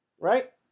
Right